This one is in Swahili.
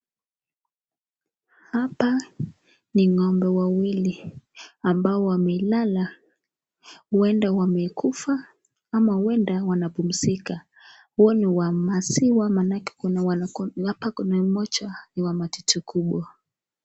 Hapa ni ng'ombe wawili, ambao wamelala, huenda wamekufa ama huenda wanapumzika, hua ni wa maziwa maanake hapa kuna mmoja wa matiti kubwa.